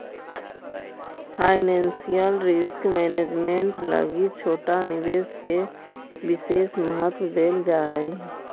financial risk management लगी छोटा निवेश के विशेष महत्व देल जा हई